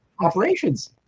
operations